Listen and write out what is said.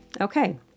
Okay